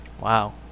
Wow